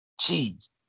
Jeez